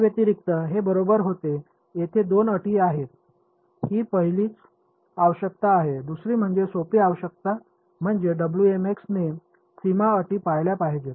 याव्यतिरिक्त हे बरोबर होतो तेथे दोन अटी आहेत ही पहिलीच आवश्यकता आहे दुसरी म्हणजे सोपी आवश्यकता म्हणजे Wmx ने सीमा अटी पाळल्या पाहिजेत